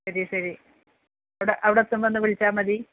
ശരി ശരി അവിടെ അവിടെത്തുമ്പോൾ ഒന്ന് വിളിച്ചാൽ മതി